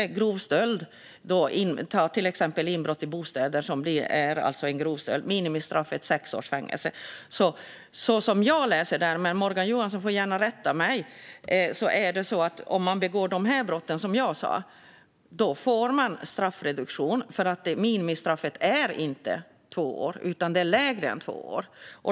För grov stöld, till exempel inbrott i bostäder, är minimistraffet sex månaders fängelse. Morgan Johansson får gärna rätta mig, men som jag läser det här får man om man begår de brott som jag har nämnt straffreduktion eftersom minimistraffet inte är två år utan lägre.